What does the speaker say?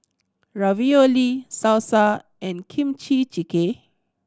Ravioli Salsa and Kimchi Jjigae